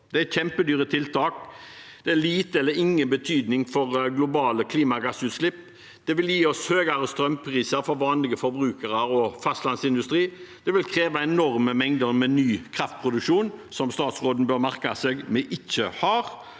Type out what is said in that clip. Det er kjempedyre tiltak. Det har lite eller ingen betydning for globale klimagassutslipp. Det vil gi høyere strømpriser for vanlige forbrukere og fastlandsindustri. Det vil kreve enorme mengder med ny kraftproduksjon, som statsråden bør merke seg at vi ikke har,